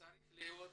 צריכה להיות